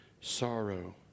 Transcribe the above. sorrow